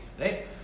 right